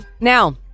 Now